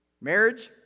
Marriage